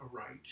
aright